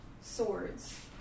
swords